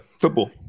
football